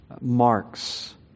marks